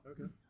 Okay